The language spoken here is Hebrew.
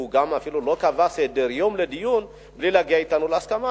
הוא גם אפילו לא קבע סדר-יום לדיון בלי להגיע אתנו להסכמה.